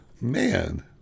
Man